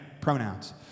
pronouns